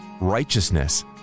righteousness